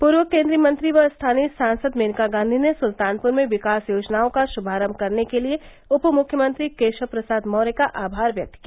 पूर्व केंद्रीय मंत्री व स्थानीय सांसद मेनका गांधी ने सुल्तानपुर में विकास योजनाओं का शुभारंभ करने के लिए उपमुख्यमंत्री केशव प्रसाद मौर्य का आभार व्यक्त किया